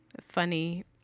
funny